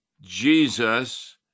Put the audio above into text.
Jesus